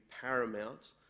paramount